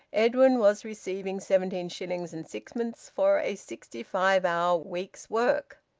edwin was receiving seventeen shillings and sixpence for a sixty-five-hour week's work,